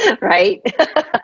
Right